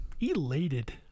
Elated